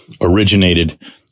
originated